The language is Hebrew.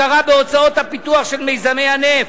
הכרה בהוצאות הפיתוח של מיזמי הנפט.